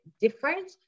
different